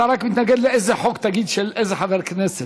אתה רק תגיד לאיזה חוק אתה מתנגד של איזה חבר כנסת: